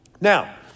Now